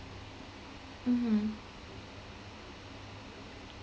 mmhmm